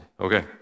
Okay